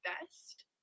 best